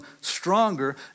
stronger